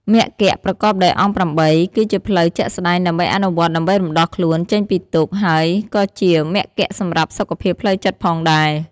មគ្គប្រកបដោយអង្គ ៨ គឺជាផ្លូវជាក់ស្តែងដើម្បីអនុវត្តន៍ដើម្បីរំដោះខ្លួនចេញពីទុក្ខ ហើយក៏ជាមគ្គសម្រាប់សុខភាពផ្លូវចិត្តផងដែរ។